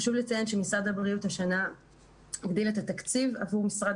חשוב לציין שמשרד הבריאות השנה הגדיל את התקציב עבור משרד